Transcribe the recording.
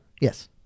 Yes